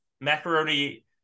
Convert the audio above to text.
macaroni